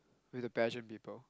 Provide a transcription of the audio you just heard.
with the pageant people